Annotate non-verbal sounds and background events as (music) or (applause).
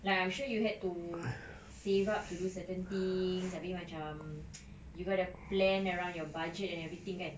like I am sure you had to save up to do certain thing I mean macam (noise) you've got to plan around your budget and everything kan